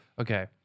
okay